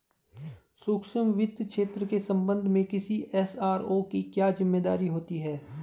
सूक्ष्म वित्त क्षेत्र के संबंध में किसी एस.आर.ओ की क्या जिम्मेदारी होती है?